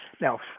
Now